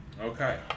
Okay